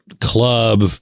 club